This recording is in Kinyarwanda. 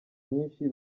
nyinshi